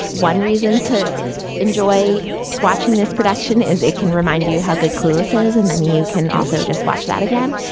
one reason to enjoy watching this production is it can remind you how good clueless is. and then you can also just watch that again.